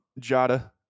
Jada